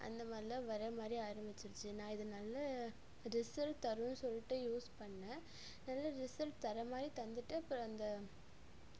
அந்த மாதிரிலான் வர மாதிரி ஆரம்பிச்சுருச்சு நான் இது நல்ல ரிசல்ட் தருன்னு சொல்லிட்டு யூஸ் பண்ண நல்ல ரிசல்ட் தர மாதிரி தந்துட்டு அப்புறம் அந்த